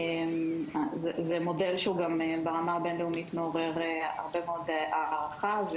זה מודל שגם ברמה הבין-לאומית מעורר הרבה מאוד הערכה.